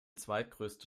zweitgrößte